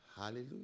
Hallelujah